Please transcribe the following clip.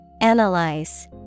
analyze